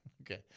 Okay